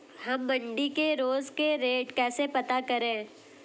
हम मंडी के रोज के रेट कैसे पता करें?